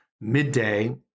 midday